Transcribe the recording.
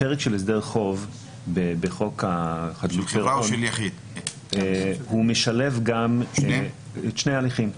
הפרק של הסדר חוב בחוק חדלות פירעון משלב שני הליכים.